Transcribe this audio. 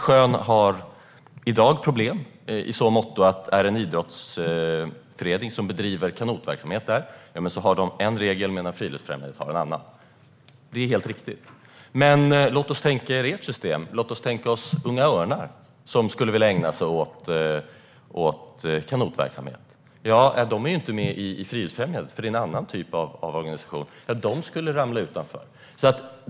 Sjön har i dag problem i så måtto att om en idrottsförening som bedriver kanotverksamhet där har de en regel medan Friluftsfrämjandet har en annan. Det är helt riktigt. Men låt oss tänka oss hur det skulle vara med ert system. Låt oss tänka oss att Unga Örnar skulle vilja ägna sig åt kanotverksamhet. De är inte med i Friluftsfrämjandet, för det är en annan typ av organisation. De skulle ramla utanför.